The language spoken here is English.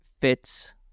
fits